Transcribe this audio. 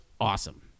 awesome